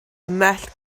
ymhell